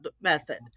method